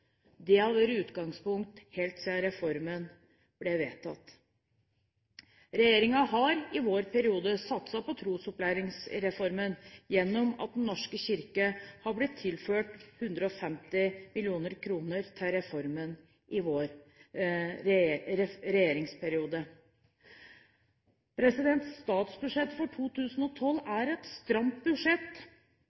Det har vært utgangspunktet helt siden reformen ble vedtatt. Regjeringen har satset på Trosopplæringsreformen gjennom at Den norske kirke har blitt tilført 150 mill. kr til reformen i vår regjeringsperiode. Statsbudsjettet for 2012 er et